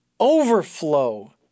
overflow